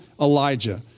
Elijah